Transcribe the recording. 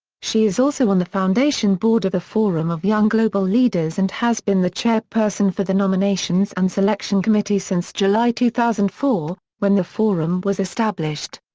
she is also on the foundation board of the forum of young global leaders and has been the chairperson for the nominations and selection committee since july two thousand and four, when the forum was established.